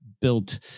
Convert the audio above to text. built